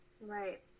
Right